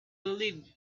believe